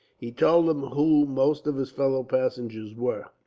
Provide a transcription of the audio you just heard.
he told him who most of his fellow passengers were